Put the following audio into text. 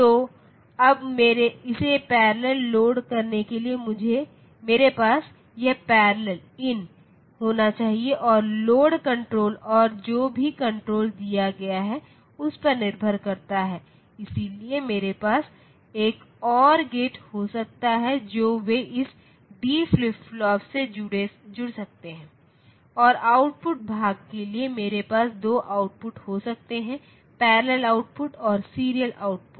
तो अब इसे पैरेलल लोड करने के लिए मेरे पास यह पैरेलल इन होना चाहिए और लोड कण्ट्रोल और जो भी कण्ट्रोल दिया गया है उस पर निर्भर करता है इसलिए मेरे पास एक OR गेट हो सकता है जो वे इस d फ्लिप फ्लॉप से जुड़ सकते हैं और आउटपुट भाग के लिए मेरे पास 2 आउटपुट हो सकते हैं पैरेलल आउटपुट और सीरियल आउटपुट